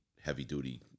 heavy-duty